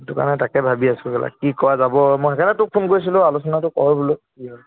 সেইটো কাৰণে তাকে ভাবি আছোঁ কেলা কি কৰা যাব মই সেইকাৰণে তোক ফোন কৰিছিলোঁ আলোচনাটো কৰ বোলো কি হয়